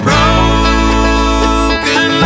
Broken